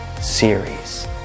Series